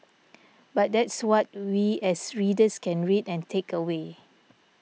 but that's what we as readers can read and take away